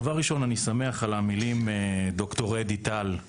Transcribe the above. דבר ראשון אני שמח על המילים, ד"ר אדי טל,